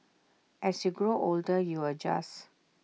as you grow older you adjust